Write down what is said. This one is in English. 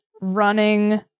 running